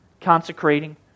consecrating